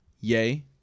yay